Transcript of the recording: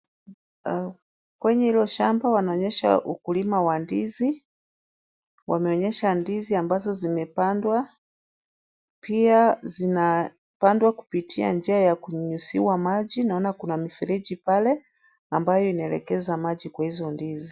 Kwenye hilo shamba wanaonyesha ukulima wa ndizi, wameonyesha ndizi ambazo zimepandwa, pia zinapandwa kupitia njia ya kunyunyuziwa maji. Naona kuna mifereji pale, ambayo inaelekeza maji kwa hizo ndizi.